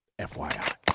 FYI